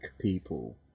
people